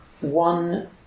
one